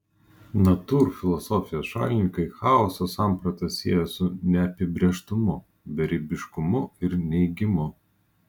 natūrfilosofijos šalininkai chaoso sampratą siejo su neapibrėžtumu beribiškumu ir neigimu